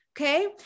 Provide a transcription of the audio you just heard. Okay